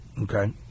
Okay